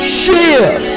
share